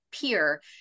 peer